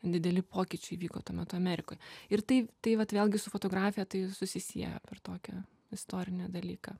dideli pokyčiai vyko tuo metu amerikoj ir tai tai vat vėlgi su fotografija tai susisieja per tokią istorinį dalyką